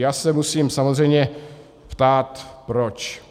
Já se musím samozřejmě ptát proč.